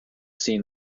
seen